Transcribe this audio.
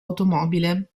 automobile